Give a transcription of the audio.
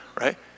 right